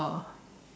oh